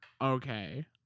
okay